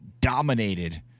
dominated